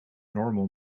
normal